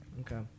Okay